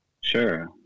sure